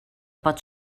pot